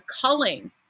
culling